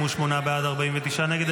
58 בעד, 49 נגד.